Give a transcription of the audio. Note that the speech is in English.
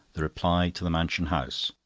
the reply to the mansion house,